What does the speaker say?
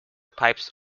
pipes